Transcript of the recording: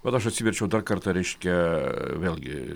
vat aš atsiverčiau dar kartą reiškia vėlgi